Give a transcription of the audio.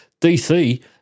DC